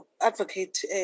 advocate